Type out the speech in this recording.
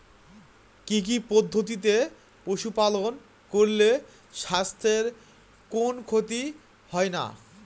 কি কি পদ্ধতিতে পশু পালন করলে স্বাস্থ্যের কোন ক্ষতি হয় না?